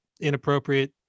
inappropriate